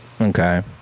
okay